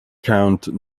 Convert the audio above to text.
count